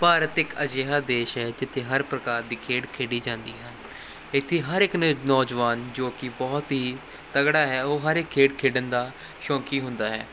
ਭਾਰਤ ਇੱਕ ਅਜਿਹਾ ਦੇਸ਼ ਹੈ ਜਿੱਥੇ ਹਰ ਪ੍ਰਕਾਰ ਦੀ ਖੇਡ ਖੇਡੀ ਜਾਂਦੀ ਹੈ ਇੱਥੇ ਹਰ ਇੱਕ ਨੇ ਨੌਜਵਾਨ ਜੋ ਕਿ ਬਹੁਤ ਹੀ ਤਗੜਾ ਹੈ ਉਹ ਹਰ ਇੱਕ ਖੇਡ ਖੇਡਣ ਦਾ ਸ਼ੌਂਕੀ ਹੁੰਦਾ ਹੈ